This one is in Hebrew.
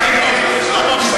נגמר הזמן.